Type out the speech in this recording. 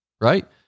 Right